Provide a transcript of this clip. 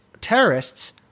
terrorists